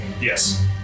Yes